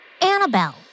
Annabelle